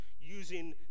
using